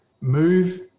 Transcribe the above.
move